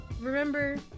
remember